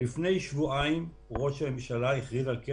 שום תוכנית, הכול